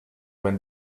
when